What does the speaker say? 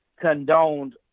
condoned